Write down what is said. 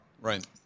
Right